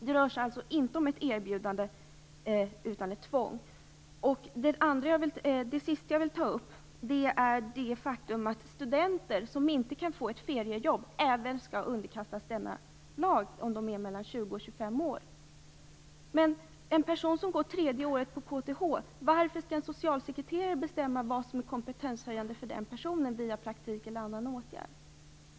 Det rör sig alltså inte om ett erbjudande utan om ett tvång. Det sista som jag vill ta upp är det faktum att även studenter som inte kan få ett feriejobb skall underkastas denna lag, om de är mellan 20 och 25 år. Varför skall en socialsekreterare bestämma vilken praktik eller annan åtgärd som är kompetenshöjande för en person som går tredje året på KTH?